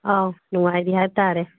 ꯑꯥꯎ ꯅꯨꯡꯉꯥꯏꯔꯤ ꯍꯥꯏꯇꯔꯦ